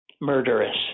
murderous